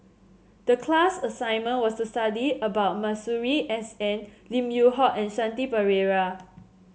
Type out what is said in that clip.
the class assignment was to study about Masuri S N Lim Yew Hock and Shanti Pereira